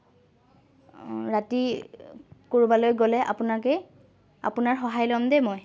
ৰাতি ক'ৰবালৈ গ'লে আপোনাকে আপোনাৰ সহায় ল'ম দেই মই